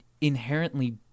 inherently